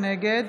נגד